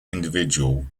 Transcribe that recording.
individual